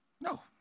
No